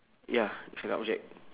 ya it's an object